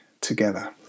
together